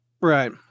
Right